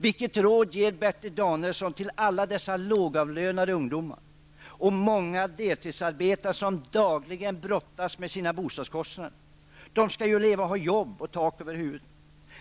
Vilket råd ger Bertil Danielsson till alla dessa lågavlönade ungdomar och många deltidsarbetande som dagligen brottas med sina bostadskostnader? De skall ju också leva, ha jobb och tak över huvudet.